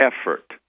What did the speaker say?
effort